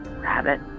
rabbit